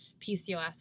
PCOS